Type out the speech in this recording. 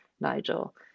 Nigel